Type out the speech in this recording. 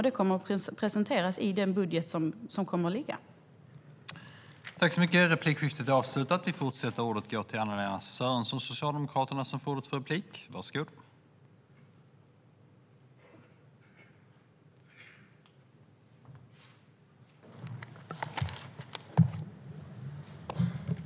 Det kommer att presenteras i den budget som kommer att läggas fram.